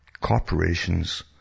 Corporations